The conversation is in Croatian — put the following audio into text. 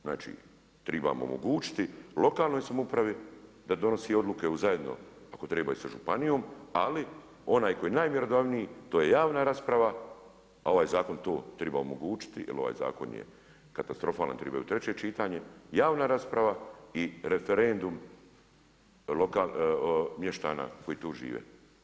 Znači trebamo omogućiti lokalnoj samoupravi da donosi odluke, zajedno ako treba i sa županijom ali onaj koji je najmjerodavniji, to je javna rasprava, a ovaj zakon to treba omogućiti jer ovaj zakon katastrofalan, treba ići u treće čitanje, javna rasprava i referendum mještana koji tu žive.